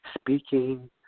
speaking